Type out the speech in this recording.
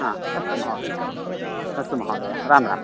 हा अस्तु महोदय अस्तु महोदय राम राम